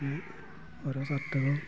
ഓരോ സർട്ടുകളും